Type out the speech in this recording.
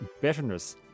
bitterness